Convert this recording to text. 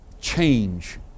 change